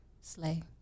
Slay